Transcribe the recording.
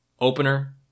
opener